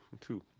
two